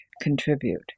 contribute